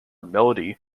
melody